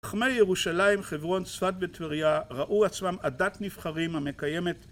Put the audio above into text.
ירושלים, חברון, צפת וטבריה ראו עצמם עדת נבחרים המקיימת